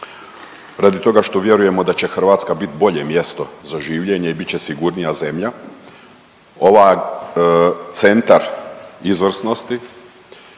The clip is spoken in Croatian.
radi toga što vjerujemo da će Hrvatska biti bolje mjesto za življenje i bit će sigurnija zemlja. Ova centar izvrsnosti